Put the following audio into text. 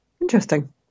interesting